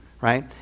right